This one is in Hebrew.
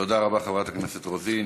תודה רבה, חברת הכנסת רוזין.